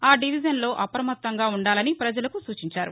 ఆ డివిజన్లో అప్రమత్తంగా ఉండాలని ప్రపజలకు సూచించారు